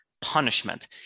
punishment